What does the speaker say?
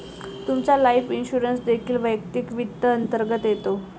तुमचा life insurance देखील वैयक्तिक वित्त अंतर्गत येतो